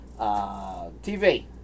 TV